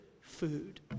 food